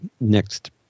next